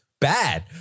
bad